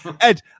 Ed